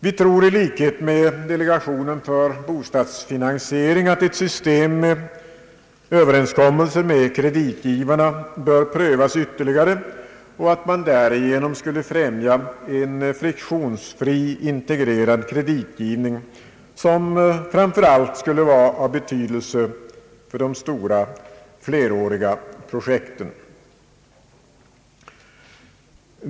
Vi tror i likhet med delegationen för bostadsfinansiering att ett system med överenskommelser med kreditgivarna bör prövas ytterligare varigenom man skulle kunna främja en friktionsfri, integrerad kreditgivning, som framför allt skulle vara av betydelse för de stora, fleråriga projekten.